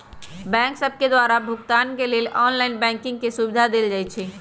bank सभके द्वारा भुगतान के लेल ऑनलाइन बैंकिंग के सुभिधा देल जाइ छै